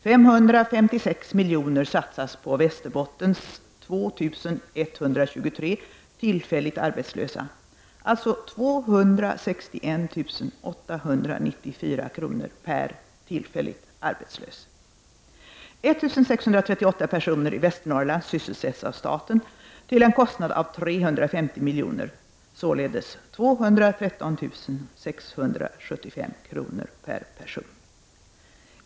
556 miljoner satsas på Västerbottens 2123 tillfälligt arbetslösa, alltså 261 894 kr. per tillfälligt arbetslös. 1638 personer i Västernorrland sysselsätts av staten till en kostnad av 350 miljoner; således 213675 kr. per person.